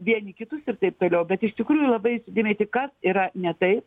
vieni kitus ir taip toliau bet iš tikrųjų labai įsidėmėti kas yra ne taip